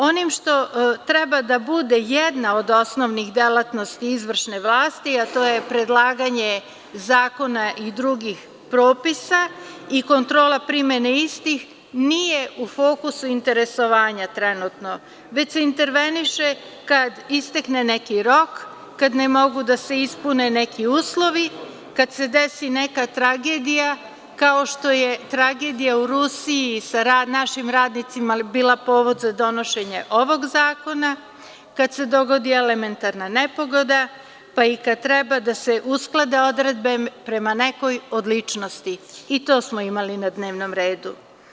Onim što treba da bude jedna od osnovnih delatnosti izvršne vlasti, a to je predlaganje zakona i drugih propisa i kontrola primene istih nije u fokusu interesovanja trenutno, već se interveniše kad istekne neki rok, kad ne mogu da se ispune neki uslovi, kada se desi neka tragedija, kao što je tragedija u Rusiji sa našim radnicima bila povod za donošenje ovog zakona, kad se dogodi elementarna nepogoda, pa i kad treba da se usklade odredbe prema nekoj odličnosti, i to smo imali na dnevnom redu.